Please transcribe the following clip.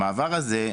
המעבר הזה,